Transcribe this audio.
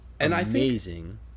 amazing